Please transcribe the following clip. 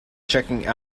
checking